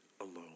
alone